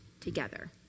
together